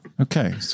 Okay